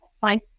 fine